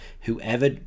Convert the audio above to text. Whoever